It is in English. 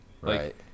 Right